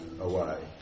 away